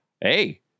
Hey